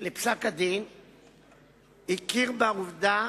לפסק-הדין הכיר בעובדה